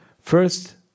First